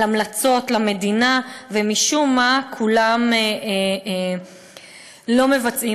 על המלצות למדינה, ומשום מה כולם לא מבצעים.